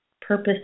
purpose